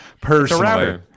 personally